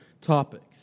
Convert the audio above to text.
topics